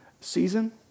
season